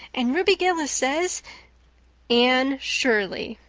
and ruby gillis says anne shirley,